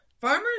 farmers